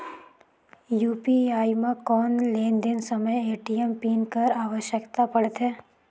UPI म कौन लेन देन समय ए.टी.एम पिन कर आवश्यकता पड़थे?